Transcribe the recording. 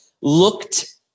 looked